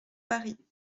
paris